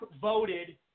voted